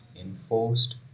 enforced